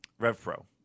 RevPro